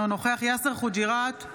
אינו נוכח יאסר חוג'יראת,